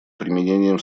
применением